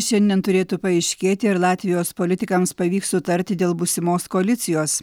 šiandien turėtų paaiškėti ar latvijos politikams pavyks sutarti dėl būsimos koalicijos